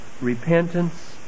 repentance